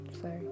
sorry